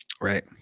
Right